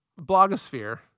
blogosphere